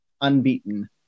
unbeaten